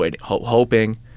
hoping